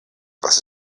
was